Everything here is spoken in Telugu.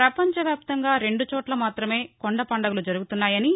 పపంచ వ్యాప్తంగా రెండు చోట్ల మాత్రమే కొండ పండుగలు జరుగుతున్నాయని